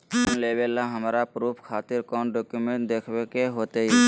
Loan लेबे ला हमरा प्रूफ खातिर कौन डॉक्यूमेंट देखबे के होतई?